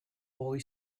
boy